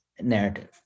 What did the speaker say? narrative